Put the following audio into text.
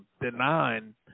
denying